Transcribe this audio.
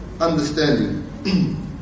understanding